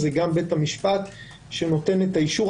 גם בית המשפט שנותן את האישור.